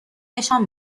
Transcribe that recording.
نشان